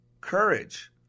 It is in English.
courage